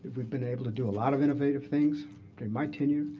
we've been able to do a lot of innovative things during my tenure.